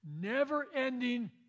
never-ending